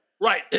Right